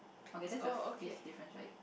okay that's the fifth difference right